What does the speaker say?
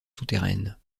souterraines